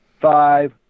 five